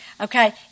Okay